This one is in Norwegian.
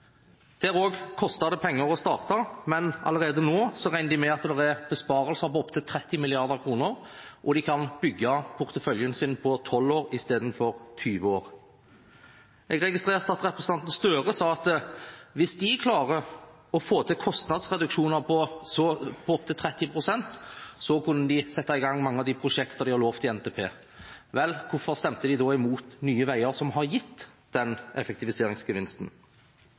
Det kostet det også penger å starte, men allerede nå regner de med at det er besparelser på opp til 30 mrd. kr, og de kan bygge porteføljen sin på 12 år istedenfor på 20 år. Jeg registrerte at representanten Gahr Støre sa at hvis de klarer å få til kostnadsreduksjoner på opptil 30 pst., kan de sette i gang mange av de prosjektene de har lovet i forbindelse med NTP. Hvorfor stemte de da imot Nye Veier, som har gitt